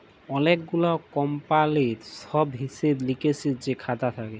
অলেক গুলা কমপালির ছব হিসেব লিকেসের যে খাতা থ্যাকে